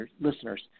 listeners